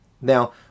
Now